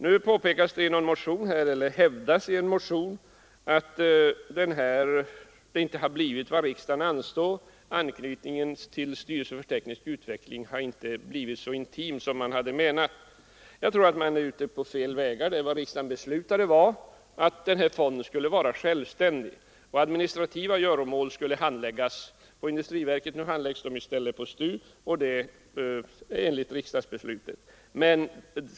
Nu hävdas det i en motion att det hela inte har blivit vad riksdagen avsåg; anknytningen till styrelsen för teknisk utveckling har inte blivit så intim som man menade att den skulle bli, sägs det. Jag tror att motionärerna är inne på fel väg; vad propositionen föreslog var att fonden skulle vara självständig och att administrativa göromål skulle handläggas av industriverket. Nu handläggs dessa i stället, enligt riksdagsbeslutet, av STU.